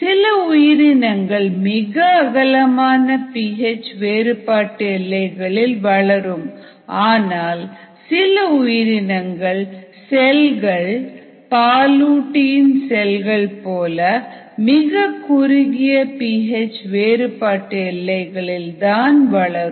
சில உயிரினங்கள் மிக அகலமான பி எச் வேறுபாட்டு எல்லைகளில் வளரும் ஆனால் சில உயிரினங்களின் செல்கள் பாலூட்டி இன் செல்கள் போல மிக குறுகிய பி எச் வேறுபாட்டு எல்லைகளில் தான் வளரும்